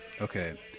Okay